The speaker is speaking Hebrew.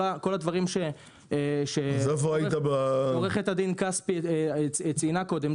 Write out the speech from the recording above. כל הדברים שעורכת הדין כספי דיברה עליהם קודם,